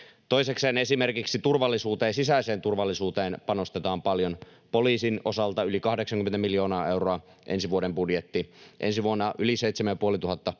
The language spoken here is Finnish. Toisekseen esimerkiksi sisäiseen turvallisuuteen panostetaan paljon. Poliisin osalta yli 80 miljoonaa euroa on ensi vuoden budjetti, ensi vuonna yli 7 500 poliisia.